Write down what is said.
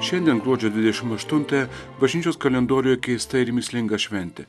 šiandien gruodžio dvidešim aštuntąją bažnyčios kalendoriuje keista ir mįslinga šventė